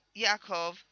yaakov